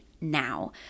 now